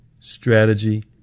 strategy